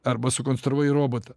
arba sukonstravai robotą